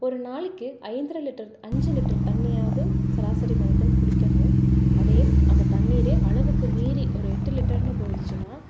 ஒரு நாளைக்கு ஐந்தரை லிட்டர் அஞ்சு லிட்டர் தண்ணியாவது சராசரி மனிதன் குடிக்கணும் அதே அந்த தண்ணீரே அளவுக்கு மீறி ஒரு எட்டு லிட்டர்னு போய்டுச்சின்னா